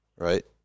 right